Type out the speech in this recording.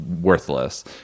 worthless